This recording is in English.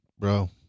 Bro